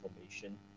information